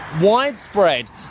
widespread